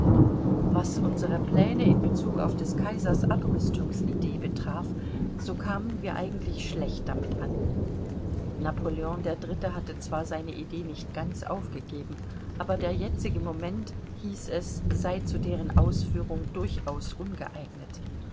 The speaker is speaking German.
was unsere pläne in bezug auf des kaisers abrüstungsidee betraf so kamen wir eigentlich schlecht damit an napoleon iii hatte zwar seine idee nicht ganz aufgegeben aber der jetzige moment hieß es sei zu deren ausführung durchaus ungeeignet